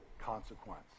consequence